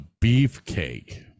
beefcake